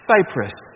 Cyprus